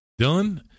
Dylan